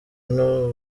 n’u